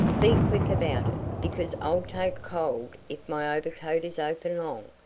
be quick about it, because i'll take cold if my overcoat is open long.